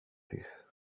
της